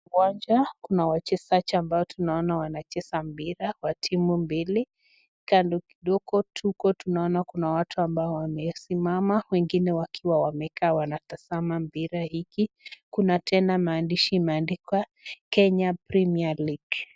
uwanja kuna wachezaji ambao tunaona wanacheza mpira wa timu mbili, kando kidogo tuko tunaona watu ambao wamesimama wengine wakiwa wameka wakitazama mpira hiki kuna tena maandishi imeaandikwa kenya premier league.